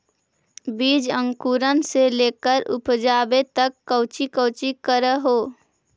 बीज अंकुरण से लेकर उपजाबे तक कौची कौची कर हो?